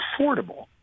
affordable